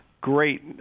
great